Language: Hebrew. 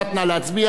נא להצביע.